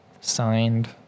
signed